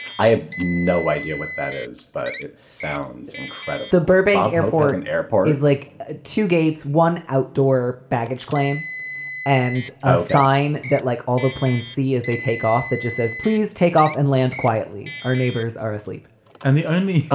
i have no idea what that is, but it sounds incredibly. burbank airport an airport is like ah two gates, one outdoor baggage claim and a sign that like all the planes see as they take off. that just says please take off and land quietly. our neighbors are asleep and the only. oh,